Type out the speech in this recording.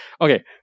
Okay